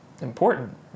important